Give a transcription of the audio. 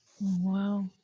wow